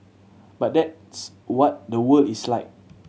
but that's what the world is like